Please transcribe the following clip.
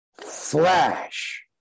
flash